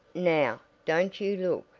now, don't you look.